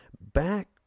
Back